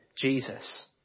Jesus